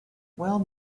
well